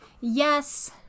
Yes